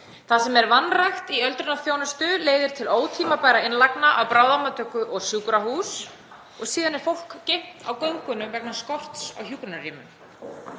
Það sem er vanrækt í öldrunarþjónustu leiðir til ótímabærra innlagna á bráðamóttöku og sjúkrahús og síðan er fólk geymt á göngunum vegna skorts á hjúkrunarrýmum.